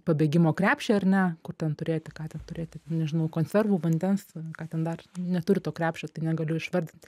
pabėgimo krepšį ar ne kur ten turėti ką ten turėti nežinau konservų vandens ką ten dar neturiu to krepšio tai negaliu išvardint